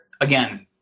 again